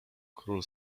król